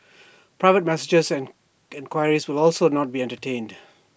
private messages and enquiries will also not be entertained